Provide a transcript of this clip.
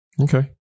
Okay